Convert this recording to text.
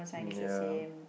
ya